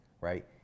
right